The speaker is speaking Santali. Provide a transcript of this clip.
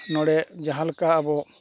ᱱᱚᱸᱰᱮ ᱡᱟᱦᱟᱸ ᱞᱮᱠᱟ ᱟᱵᱚ